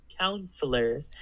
counselor